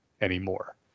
anymore